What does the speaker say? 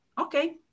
okay